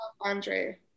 Andre